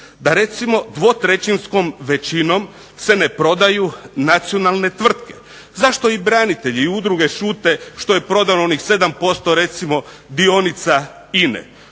Da recimo dvotrećinskom većinom se ne prodaju nacionalne tvrtke. Zašto i branitelji i udruge šute što je prodano onih 7% dionica INA-e?